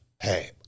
hey